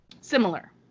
Similar